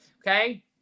okay